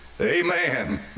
Amen